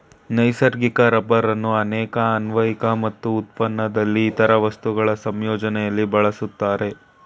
ನೈಸರ್ಗಿಕ ರಬ್ಬರನ್ನು ಅನೇಕ ಅನ್ವಯಿಕೆ ಮತ್ತು ಉತ್ಪನ್ನದಲ್ಲಿ ಇತರ ವಸ್ತುಗಳ ಸಂಯೋಜನೆಲಿ ಬಳಸ್ತಾರೆ